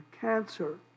cancer